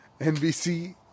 NBC